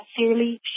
Sincerely